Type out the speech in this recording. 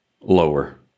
Lower